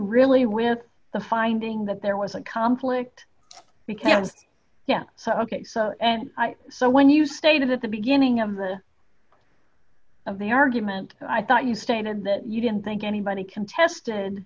really with the finding that there was a complex because yeah so ok so and so when you stated at the beginning of the of the argument i thought you stated that you didn't think anybody contested